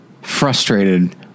frustrated